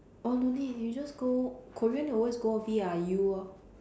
oh no need you just go Korean always go V I U lor